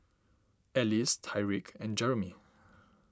Ellis Tyrek and Jeremey